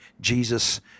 Jesus